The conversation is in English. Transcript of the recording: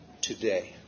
today